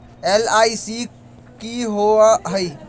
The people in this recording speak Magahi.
एल.आई.सी की होअ हई?